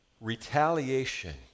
Retaliation